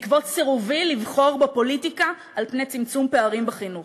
בעקבות סירובי לבחור בפוליטיקה על פני צמצום פערים בחינוך.